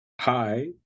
Hi